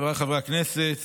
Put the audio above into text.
חבריי חברי הכנסת,